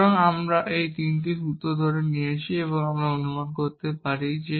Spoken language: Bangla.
সুতরাং আমি এই তিনটি সূত্র ধরে নিয়েছি আমি অনুমান করেছি